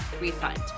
refund